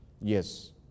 Yes